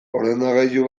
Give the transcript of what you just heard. ordenagailu